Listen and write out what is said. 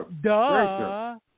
Duh